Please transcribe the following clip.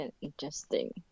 interesting